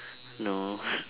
no